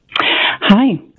Hi